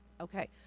Okay